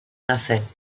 nothing